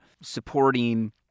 supporting